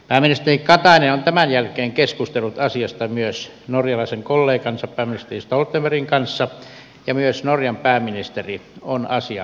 pääministeri katainen on tämän jälkeen keskustellut asiasta myös norjalaisen kollegansa pääministeri stoltenbergin kanssa ja myös norjan pääministeri on asialle myötämielinen